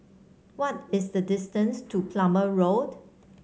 what is the distance to Plumer Road